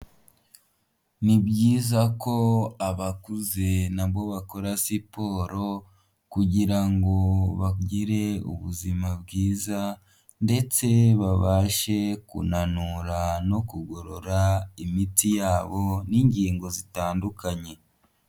Ni byiza ko abakuze nabo bakora siporo kugira ngo bagire ubuzima bwiza ndetse babashe kunanura no kugorora imitsi yabo n'ingingo zitandukanye.